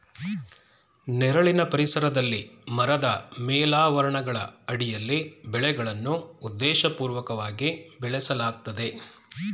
ನೆರಳಿನ ಪರಿಸರದಲ್ಲಿ ಮರದ ಮೇಲಾವರಣಗಳ ಅಡಿಯಲ್ಲಿ ಬೆಳೆಗಳನ್ನು ಉದ್ದೇಶಪೂರ್ವಕವಾಗಿ ಬೆಳೆಸಲಾಗ್ತದೆ